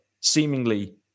seemingly